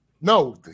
no